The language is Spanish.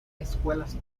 escuelas